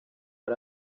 iri